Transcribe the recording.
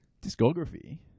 Discography